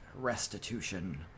restitution